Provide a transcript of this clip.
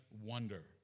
wonder